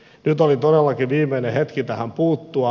nyt oli todellakin viimeinen hetki tähän puuttua